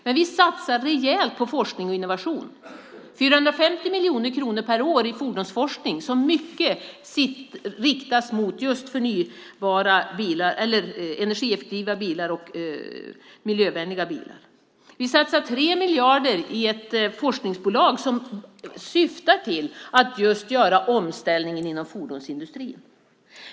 Men vi satsar rejält på forskning och innovation, 450 miljoner kronor per år i fordonsforskning som mycket riktas mot energieffektiva och miljövänliga bilar. Vi satsar 3 miljarder i ett forskningsbolag som syftar till att göra omställningen inom fordonsindustrin.